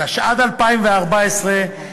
התשע"ד 2014,